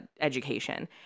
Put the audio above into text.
education